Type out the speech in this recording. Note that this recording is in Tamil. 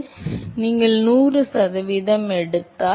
எனவே நீங்கள் 100 சதவிகிதம் எடுத்தால்